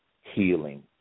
healing